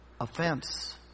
offense